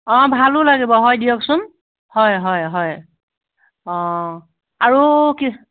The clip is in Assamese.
অঁ ভালো লাগিব হয় দিয়কচোন হয় হয় হয় অঁ আৰু কি